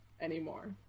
anymore